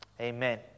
Amen